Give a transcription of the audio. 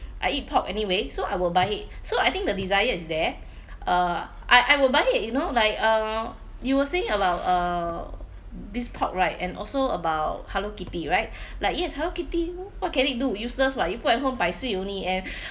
I eat pork anyway so I will buy it so I think the desire is there uh I I will buy it you know like uh you were saying about err this pork right and also about hello kitty right like yes hello kitty what can it do useless what you put at home pai shui only and